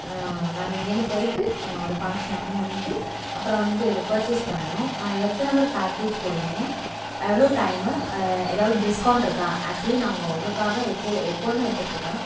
நாங்கள் இங்கே இருந்து போயிட்டு ஒரு ஃபங்க்ஷன் அட்டன் பண்ணிகிட்டு அப்புறம் வந்துட்டு பர்ச்சேஸ் பண்ணனும் எத்தனை ஹவர் பேக்கேஜ் போடுவிங்க எவ்வளோ டைமு எதாவது டிஸ்கவுண்ட் இருக்கா ஆக்சுவலி நாங்கள் உங்கள் கார் தான் எப்போ எப்போதும் எடுத்துகிட்டு இருக்கேன்